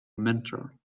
mentor